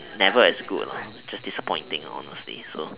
never as good just disappointing honestly so